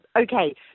Okay